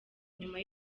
nyuma